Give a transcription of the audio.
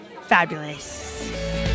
fabulous